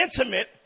intimate